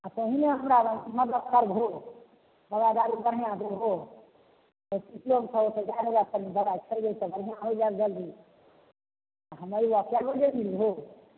आ पहिने हमरा रहै की मदद करबहो दबाइ दारू बढ़िआँ देबहो दबाइ खेबै तऽ बढ़िआँ होइ जायब जल्दी हम अयबै चारि बजे मिलबहो